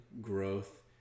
growth